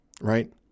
Right